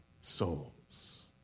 souls